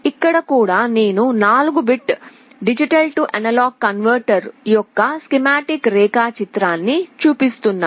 ఇక్కడ కూడా నేను 4 బిట్ D A కన్వర్టర్ యొక్క స్కీమాటిక్ రేఖాచిత్రాన్ని చూపిస్తున్నాను